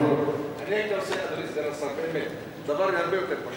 אני הייתי עושה דבר הרבה יותר פשוט.